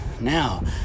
Now